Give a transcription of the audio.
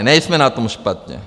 Nejsme na tom špatně.